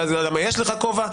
ואחרי זה למה יש לך כובע.